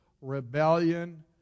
rebellion